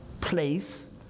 place